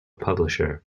publisher